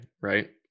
right